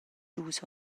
dus